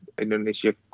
Indonesia